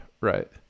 right